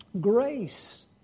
Grace